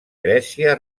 grècia